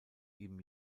ibn